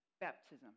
baptism